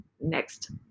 next